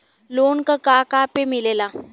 Loan का का पे मिलेला?